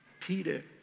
Peter